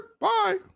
bye